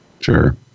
Sure